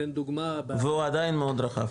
אני אתן דוגמא --- והוא עדיין מאוד רחב.